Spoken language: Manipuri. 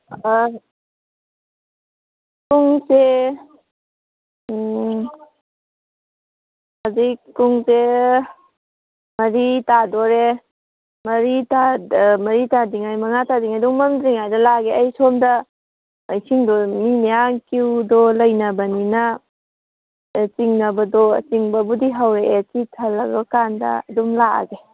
ꯄꯨꯡꯁꯦ ꯍꯧꯖꯤꯛ ꯄꯨꯡꯁꯦ ꯃꯔꯤ ꯇꯥꯗꯣꯔꯦ ꯃꯔꯤ ꯇꯥꯗ꯭ꯔꯤꯉꯩ ꯃꯉꯥ ꯇꯥꯗ꯭ꯔꯤꯉꯩ ꯑꯗꯨꯝ ꯃꯝꯗ꯭ꯔꯤꯉꯩꯗ ꯂꯥꯛꯑꯒꯦ ꯑꯗꯨꯝ ꯁꯣꯝꯗ ꯏꯁꯤꯡꯗꯣ ꯃꯤ ꯃꯌꯥꯝ ꯀ꯭ꯌꯨꯗꯣ ꯂꯩꯅꯕꯅꯤꯅ ꯆꯤꯡꯅꯕꯗꯣ ꯆꯤꯡꯕꯕꯨꯗꯤ ꯍꯧꯔꯛꯑꯦ ꯁꯤ ꯊꯜꯂꯀꯥꯟꯗ ꯑꯗꯨꯝ ꯂꯥꯛꯑꯒꯦ